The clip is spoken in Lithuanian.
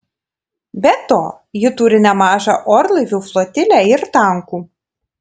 be to ji turi nemažą orlaivių flotilę ir tankų